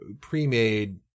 pre-made